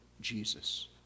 Jesus